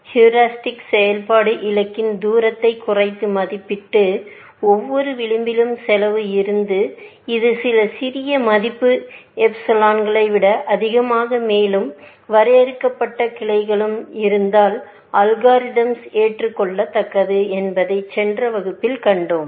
heuristic செயல்பாடு இலக்கின் தூரத்தை குறைத்து மதிப்பிட்டு ஒவ்வொரு விளிம்பிலும் செலவு இருந்து இது சில சிறிய மதிப்பு எப்சிலனை விட அதிகமாக மேலும் வரையறுக்கப்பட்ட கிளைகளும் இருந்தால் அல்காரிதம்ஸ் ஏற்றுக்கொள்ளத்தக்கது என்பதைக் சென்ற வகுப்பில் கண்டோம்